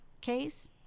case